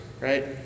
right